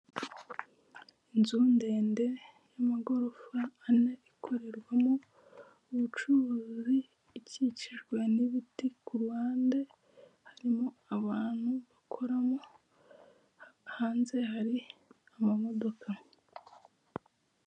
Inzu ndende y'amagorofa ane ikorerwamo ubucuruzi, ikikijwe n'ibiti, ku ruhande harimo abantu bakoramo. Hanze hari amamodoka.